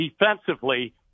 defensively